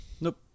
Nope